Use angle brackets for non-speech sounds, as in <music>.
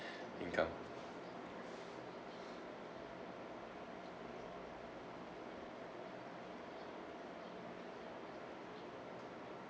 <breath> income